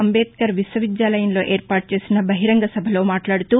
అంబేద్కర్ విశ్వవిద్యాలయంలో ఏర్పాటుచేసిన బహిరంగసభలో మాట్లాడుతూ